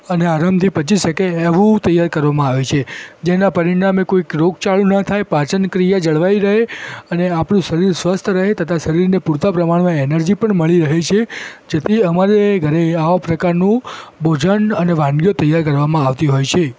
અને આરામથી પચી શકે એવું તૈયાર કરવામાં આવે છે જેના પરિણામે કોઈક રોગચાળો ન થાય પાચનક્રિયા જળવાઈ રહે અને આપણું શરીર સ્વસ્થ રહે છે તથા શરીરને પૂરતાં પ્રમાણમાં ઍનર્જી પણ મળી રહે છે જેથી અમારે ઘરે આવા પ્રકારનું ભોજન અને વાનગીઓ તૈયાર કરવામાં આવતી હોય છે